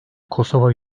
kosova